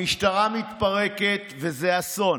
המשטרה מתפרקת, וזה אסון.